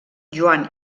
joan